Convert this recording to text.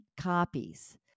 copies